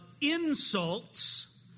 insults